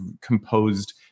composed